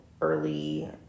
early